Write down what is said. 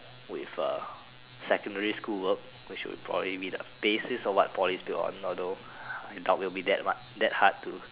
with err secondary school work which will probably be the basis of what poly's be on although I doubt it will be that much that hard to